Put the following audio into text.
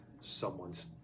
someone's